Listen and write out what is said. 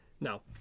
No